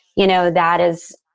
you know, that is,